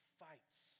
fights